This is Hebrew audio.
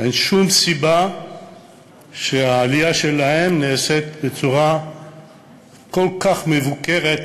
אין שום סיבה לכך שהעלייה שלהם נעשית בצורה כל כך מבוקרת,